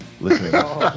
listening